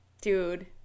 dude